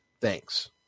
Thanks